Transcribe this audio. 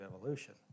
evolution